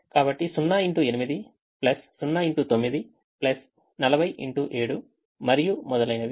కాబట్టి 0x8 0x9 40x7 మరియు మొదలైనవి